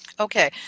Okay